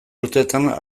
urtetan